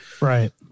Right